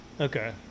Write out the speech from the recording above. Okay